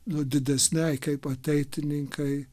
nu didesnei kaip ateitininkai